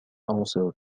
also